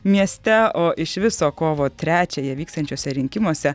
mieste o iš viso kovo trečiąją vyksiančiuose rinkimuose